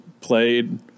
played –